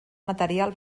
material